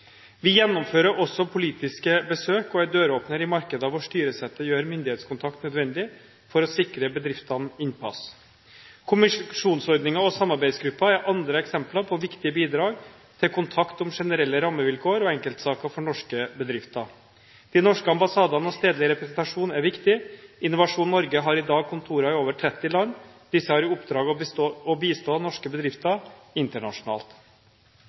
Vi gjennomfører også politiske besøk og er døråpner i markeder hvor styresettet gjør myndighetskontakt nødvendig for å sikre bedriftene innpass. Kommisjonsordninger og samarbeidsgrupper er andre eksempler på viktige bidrag til kontakt om generelle rammevilkår og enkeltsaker for norske bedrifter. De norske ambassadene og stedlig representasjon er viktige. Innovasjon Norge har i dag kontorer i over 30 land. Disse har i oppdrag å bistå norske bedrifter internasjonalt.